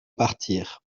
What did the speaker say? partir